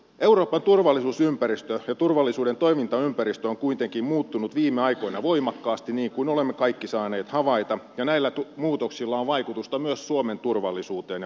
euroopan turvallisuusympäristö ja turvallisuuden toimintaympäristö on kuitenkin muuttunut viime aikoina voimakkaasti niin kuin olemme kaikki saaneet havaita ja näillä muutoksilla on vaikutusta myös suomen turvallisuuteen ja puolustamiseen